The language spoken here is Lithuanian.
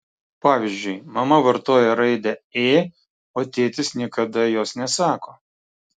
pavyzdžiui mama vartoja raidę ė o tėtis niekada jos nesako